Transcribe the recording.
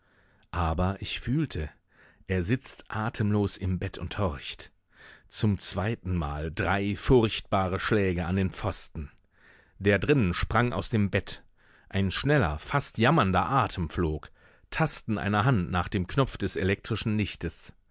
aber ich fühlte er sitzt atemlos im bett und horcht zum zweitenmal drei furchtbare schläge an den pfosten der drinnen sprang aus dem bett ein schneller fast jammernder atem flog tasten einer hand nach dem knopf des elektrischen lichtes